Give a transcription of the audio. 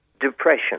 depression